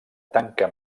tanca